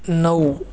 नऊ